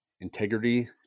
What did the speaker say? integrity